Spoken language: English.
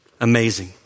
Amazing